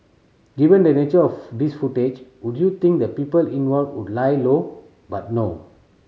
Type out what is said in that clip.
given the nature of this footage would you think the people involved would lie low but no